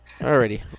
Alrighty